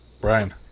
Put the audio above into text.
Brian